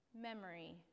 memory